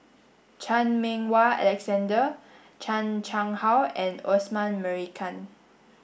Chan Meng Wah Alexander Chan Chang How and Osman Merican